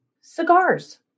cigars